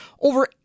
over